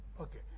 Okay